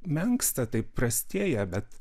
menksta taip prastėja bet